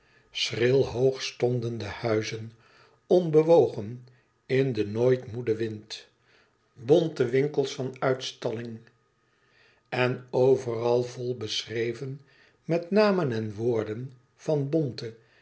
schril hoog stonden de huizen onbewogen in den nooit moeden wind bont de winkels van uitstalling en overal vol beschreven met namen en woorden van bonte